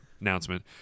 announcement